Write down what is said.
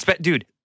Dude